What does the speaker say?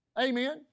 Amen